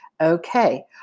Okay